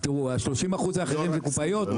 ה-30% האחרים זה קופאיות.